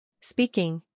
Speaking